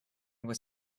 was